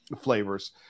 flavors